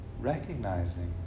recognizing